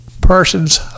person's